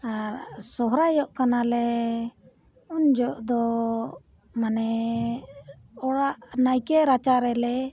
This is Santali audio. ᱟᱨ ᱥᱚᱦᱨᱟᱭᱚᱜ ᱠᱟᱱᱟᱞᱮ ᱩᱱ ᱡᱚᱦᱚᱜ ᱫᱚ ᱢᱟᱱᱮᱻ ᱚᱲᱟᱜ ᱱᱟᱭᱠᱮ ᱨᱟᱪᱟ ᱨᱮᱞᱮ